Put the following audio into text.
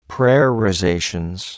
Prayerizations